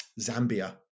Zambia